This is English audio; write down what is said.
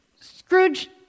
Scrooge